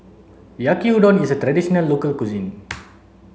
yaki udon is a traditional local cuisine